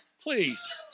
please